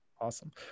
Awesome